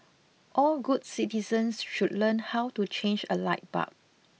all good citizens should learn how to change a light bulb